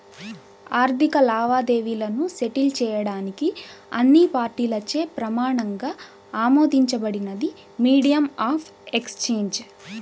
ఆర్థిక లావాదేవీలను సెటిల్ చేయడానికి అన్ని పార్టీలచే ప్రమాణంగా ఆమోదించబడినదే మీడియం ఆఫ్ ఎక్సేంజ్